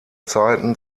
zeiten